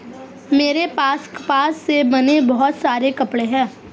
मेरे पास कपास से बने बहुत सारे कपड़े हैं